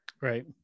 Right